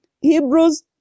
Hebrews